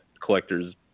collectors